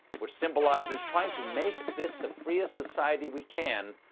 which symbolizes trying to make this the freest society we can,